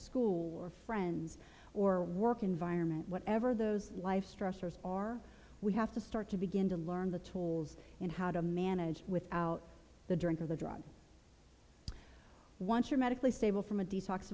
school or friends or work environment whatever those life stressors are we have to start to begin to learn the tools and how to manage without the drink or the drug once you're medically stable from a d